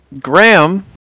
Graham